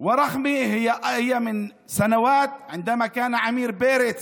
ורחמה היא מהשנים שעמיר פרץ